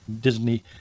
Disney